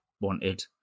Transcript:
wanted